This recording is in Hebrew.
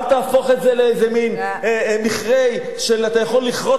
אל תהפוך את זה למין מכרה שאתה יכול לכרות